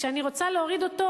כשאני רוצה להוריד אותו,